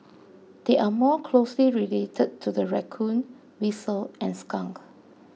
they are more closely related to the raccoon weasel and skunk